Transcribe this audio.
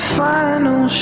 final